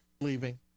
leaving